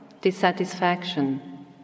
dissatisfaction